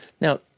Now